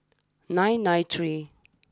nine nine three